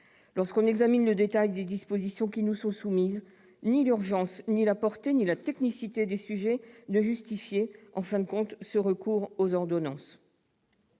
? Un examen du détail des dispositions qui nous sont soumises montre que ni l'urgence, ni la portée, ni la technicité des sujets ne justifiaient, en fin de compte, ce recours aux ordonnances.